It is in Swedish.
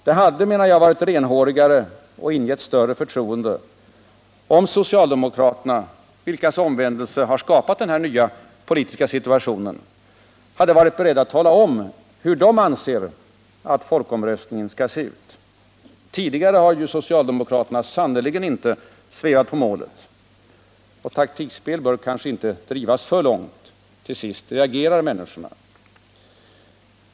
Det hade varit renhårigare och ingett större förtroende om socialdemokraterna, vilkas omvändelse skapade den nya politiska situationen, hade varit beredda att tala om hur de anser att folkomröstningen skall se ut. Tidigare har ju socialdemokraterna sannerligen inte svävat på målet. Taktikspel bör kanske inte drivas för långt. Till sist reagerar människorna.